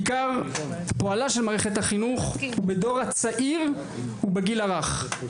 עיקר פועלה של מערכת החינוך הוא בדור הצעיר ובגיל הרך.